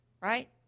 right